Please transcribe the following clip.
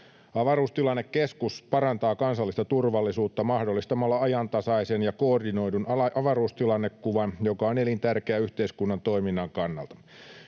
Avaruustilannekeskus parantaa kansallista turvallisuutta mahdollistamalla ajantasaisen ja koordinoidun avaruustilannekuvan, joka on elintärkeä yhteiskunnan toiminnan kannalta.